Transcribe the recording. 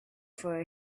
for